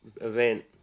event